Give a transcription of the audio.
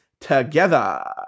together